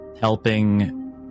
Helping